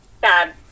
bad